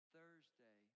Thursday